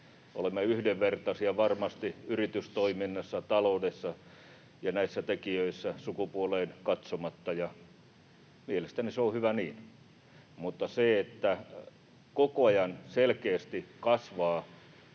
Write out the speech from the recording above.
Olemme yhdenvertaisia varmasti yritystoiminnassa, taloudessa ja näissä tekijöissä sukupuoleen katsomatta, ja mielestäni se on hyvä niin. Mutta koko ajan selkeästi kasvaa